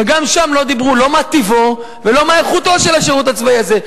וגם שם לא דיברו לא מה טיבו ולא מה איכותו של השירות הצבאי הזה.